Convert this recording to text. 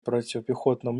противопехотным